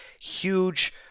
huge